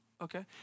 Okay